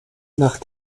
nach